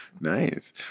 Nice